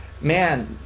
man